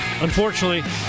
unfortunately